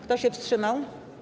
Kto się wstrzymał?